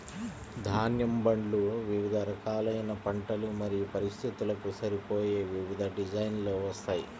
ధాన్యం బండ్లు వివిధ రకాలైన పంటలు మరియు పరిస్థితులకు సరిపోయే వివిధ డిజైన్లలో వస్తాయి